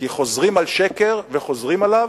כי חוזרים על שקר וחוזרים עליו,